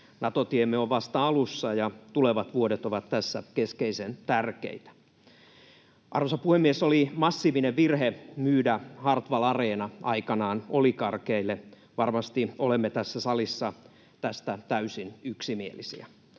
Nato-tiemme on vasta alussa, ja tulevat vuodet ovat tässä keskeisen tärkeitä. Arvoisa puhemies! Oli massiivinen virhe myydä Hartwall Arena aikanaan oligarkeille. Varmasti olemme tässä salissa tästä täysin yksimielisiä.